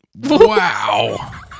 Wow